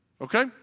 okay